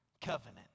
covenant